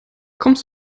kommst